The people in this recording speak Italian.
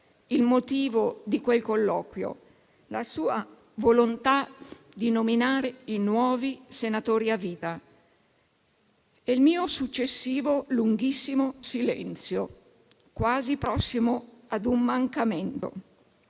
il motivo di quel colloquio, la sua volontà di nominare i nuovi senatori a vita, e il mio successivo lunghissimo silenzio, quasi prossimo a un mancamento,